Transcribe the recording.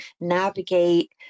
navigate